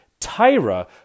Tyra